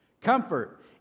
Comfort